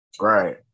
Right